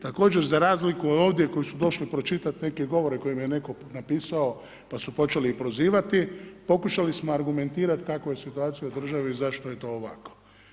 Također za razliku od ovdje koji su došli pročitati neke govore koje im je netko napisao pa su počeli i prozivati pokušali smo argumentirati kakva je situacija u državi i zašto je to ovako.